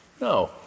No